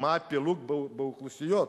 מה הפילוג באוכלוסיות,